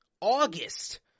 August